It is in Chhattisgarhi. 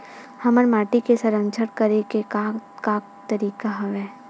हमर माटी के संरक्षण करेके का का तरीका हवय?